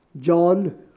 John